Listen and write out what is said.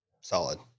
Solid